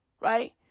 right